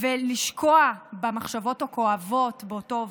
ולשקוע במחשבות הכואבות באותו אובדן.